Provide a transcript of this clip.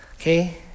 Okay